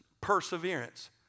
perseverance